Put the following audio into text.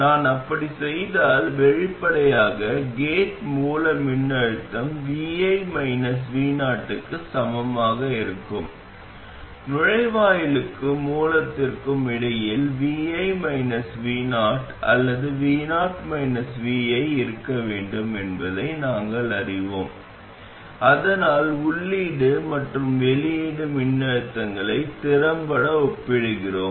நான் அப்படிச் செய்தால் வெளிப்படையாக கேட் மூல மின்னழுத்தம் vi voக்கு சமமாக இருக்கும் நுழைவாயிலுக்கும் மூலத்திற்கும் இடையில் vi vo அல்லது vo vi இருக்க வேண்டும் என்பதை நாங்கள் அறிவோம் இதனால் உள்ளீடு மற்றும் வெளியீட்டு மின்னழுத்தங்களை திறம்பட ஒப்பிடுகிறோம்